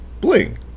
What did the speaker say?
Bling